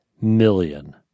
million